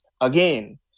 Again